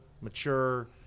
mature